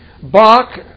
Bach